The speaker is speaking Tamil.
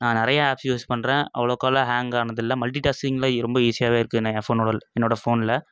நான் நிறையா ஆப்ஸ் யூஸ் பண்ணுறேன் அவ்வளோக் அவ்வளோ ஹேங் ஆனதில்லை மல்ட்டி டாஸ்க்கிங்கில இ ரொம்ப ஈஸியாகவே இருக்கு நான் என் ஃபோனோட என்னோட ஃபோனில்